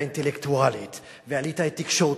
האינטלקטואלית והאליטה התקשורתית,